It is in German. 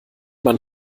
man